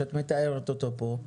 שאת מתארת אותו פה,